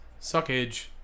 Suckage